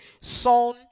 son